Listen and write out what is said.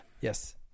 Yes